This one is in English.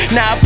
Now